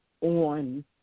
on